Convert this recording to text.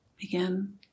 Begin